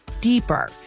deeper